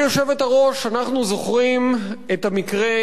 אנחנו זוכרים את המקרה הנורא,